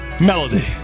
Melody